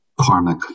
karmic